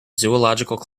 zoological